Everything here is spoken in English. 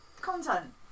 content